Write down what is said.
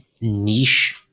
niche